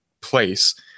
place